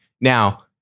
Now